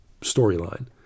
storyline